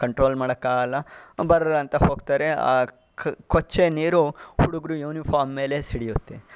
control ಮಾಡಕ್ಕಾಗಲ್ಲ ಬರ್ರ್ ಅಂತ ಹೋಗ್ತಾರೆ ಆ ಕೊಚ್ಚೆ ನೀರು ಹುಡುಗ್ರ ಯೂನಿಫಾಮ್ ಮೇಲೆ ಸಿಡಿಯುತ್ತೆ